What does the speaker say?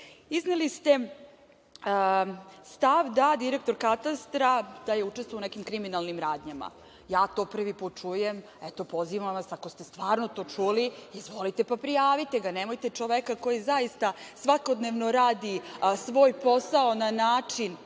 ih. Izneli ste stav da je direktor katastra učestvovao u nekim kriminalnim radnjama. Ja to prvi put čujem. Eto, pozivam vas, ako ste stvarno to čuli, izvolite pa prijavite ga. Nemojte čoveka koji zaista svakodnevno radi svoj posao na način